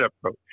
approach